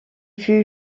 fut